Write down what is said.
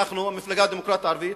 אנחנו, המפלגה הדמוקרטית הערבית,